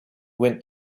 went